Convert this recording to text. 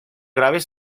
graves